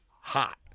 hot